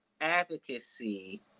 Advocacy